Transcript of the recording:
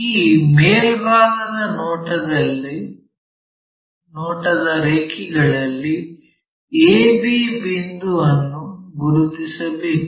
ಈ ಮೇಲ್ಭಾಗದ ನೋಟದ ರೇಖೆಗಳಲ್ಲಿ a b ಬಿಂದುವನ್ನು ಗುರುತಿಸಬೇಕು